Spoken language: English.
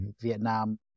Vietnam